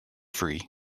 free